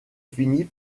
finit